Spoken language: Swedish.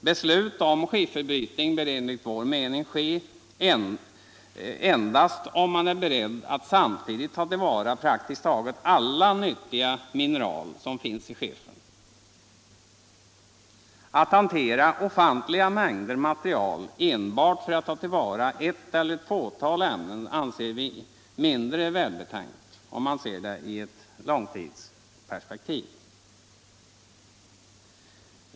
Beslut om skifferbrytning bör enligt vår mening endast ske om man är beredd att samtidigt ta till vara praktiskt taget alla nyttiga mineral som finns i skiffern. Att hantera ofantliga mängder material enbart för att ta till vara ett eller ett fåtal ämnen anser vi mindre välbetänkt om man ser det i ett långtidsperspektiv.